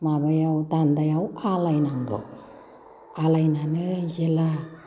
माबायाव दानदायाव आलाय नांगौ आलाय नानानै जेला